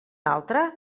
altre